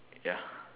ya